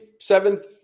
seventh